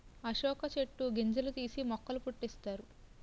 అశోక చెట్టు గింజలు తీసి మొక్కల పుట్టిస్తారు